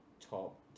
top